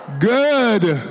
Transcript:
good